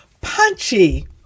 punchy